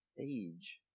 Age